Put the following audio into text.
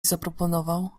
zaproponował